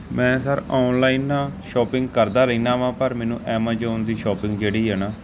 ਮੈਂ sir online shopping ਕਰਦਾ ਰਹਿੰਦਾ ਹਾਂ ਪਰ ਮੈਨੂੰ ਐਮਾਜੋਨ ਦੀ ਸ਼ੋਪਿੰਗ ਜਿਹੜੀ ਹੈ ਨਾ